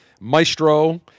maestro